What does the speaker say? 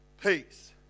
peace